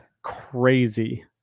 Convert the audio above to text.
crazy